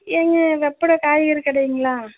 ஏங்க வெப்பட காய்கறி கடைங்களா